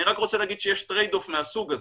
אני רק רוצה להגיד שיש tradeoff מהסוג הזה,